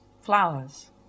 flowers